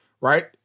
right